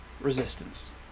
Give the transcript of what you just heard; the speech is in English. resistance